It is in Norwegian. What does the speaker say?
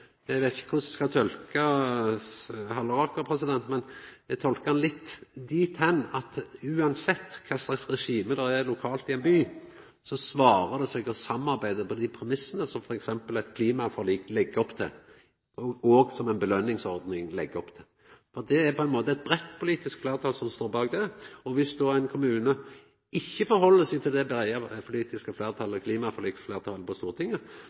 Eg veit ikkje korleis eg skal tolka Halleraker, men eg tolkar han litt dit at uansett kva for eit regime som finst lokalt i ein by, svarar det seg å samarbeida på dei premissane som t.d. eit klimaforlik legg opp til, og som ei påskjøningsordning legg opp til. For det er eit breitt politisk fleirtal som står bak, og viss ein kommune ikkje held seg til det breie politiske klimaforlikfleirtalet på Stortinget,